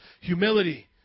humility